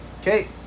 Okay